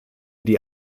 die